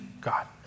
God